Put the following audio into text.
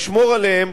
לשמור עליהם,